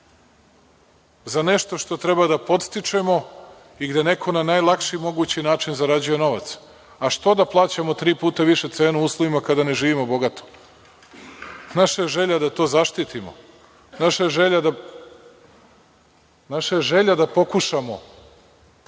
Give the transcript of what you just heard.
za nešto što treba da podstičemo i gde neko na najlakši mogući način zarađuje novac. Što da plaćamo tri puta višu cenu u uslovima kada ne živimo bogato? Naša želja je da to zaštitimo. Naša je želja da pokušamo